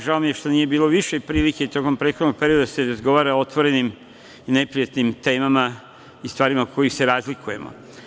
Žao mi je što nije bilo više prilike tokom prethodnog perioda da se razgovara o otvorenim i neprijatnim temama i stvarima u kojima se razlikujemo.